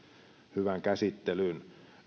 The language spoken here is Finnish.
hyvän käsittelyn